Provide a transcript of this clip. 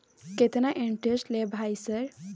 केतना इंटेरेस्ट ले भाई सर?